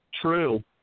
true